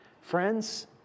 friends